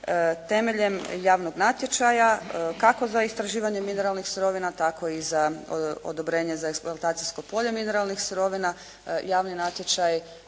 temeljem javnog natječaja kako za istraživanje mineralnih sirovina tako i za odobrenje za eksploatacijsko polje mineralnih sirovina, javni natječaj